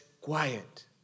quiet